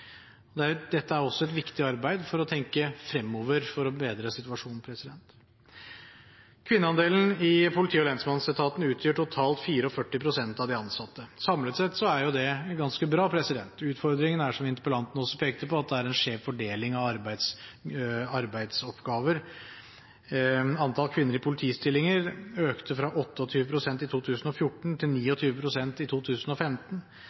Dette er også et viktig arbeid for å tenke fremover for å bedre situasjonen. Kvinneandelen i politi- og lensmannsetaten utgjør totalt 44 pst. av de ansatte. Samlet sett er det ganske bra. Utfordringen er, som interpellanten også pekte på, at det er en skjev fordeling av arbeidsoppgaver. Antall kvinner i politistillinger økte fra 28 pst. i 2014 til 29 pst. i 2015.